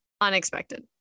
Unexpected